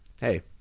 hey